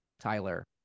Tyler